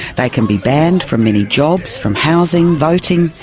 they can be banned from many jobs, from housing, voting,